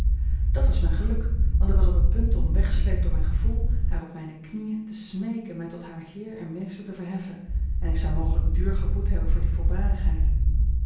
dat was mijn geluk want ik was op het punt om weggesleept door mijn gevoel haar op mijne knieën te smeeken mij tot haar heer en meester te verheffen en ik zou mogelijk duur geboet hebben voor die